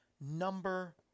number